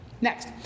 Next